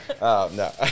no